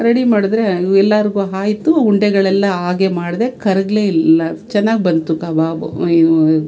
ready ಮಾಡಿದ್ರೆ ಇವು ಎಲ್ಲರ್ಗೂ ಆಯ್ತು ಉಂಡೆಗಳೆಲ್ಲ ಹಾಗೆ ಮಾಡಿದೆ ಕರಗೇ ಇಲ್ಲ ಚೆನ್ನಾಗ್ ಬಂತು ಕಬಾಬು